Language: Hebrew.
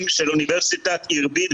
רבותי,